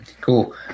Cool